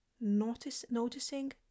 Noticing